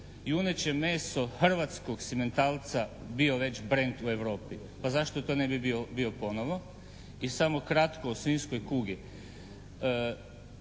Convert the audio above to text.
juneće meso hrvatskog simentalca bio već brend u Europi. Pa zašto to ne bi bio i ponovo? I samo kratko o svinjskoj kugi?